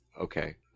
okay